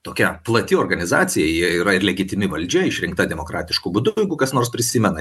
tokia plati organizacija jie yra ir legitimi valdžia išrinkta demokratišku būdu jeigu kas nors prisimena